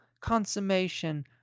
consummation